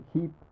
keep